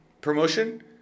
promotion